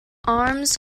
arms